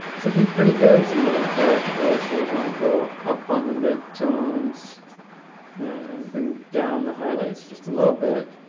it's looking pretty good. it's a little dark, though, so we're gonna go up on the mid-tones and bring down the highlights just a little bit.